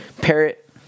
parrot